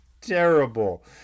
terrible